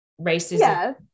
racism